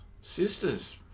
sisters